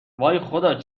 خدا